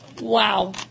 Wow